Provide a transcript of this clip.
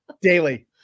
Daily